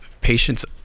patients